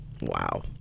Wow